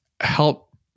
help